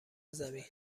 زمین